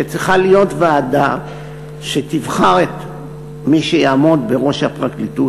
שצריכה להיות ועדה שתבחר את מי שיעמוד בראש הפרקליטות,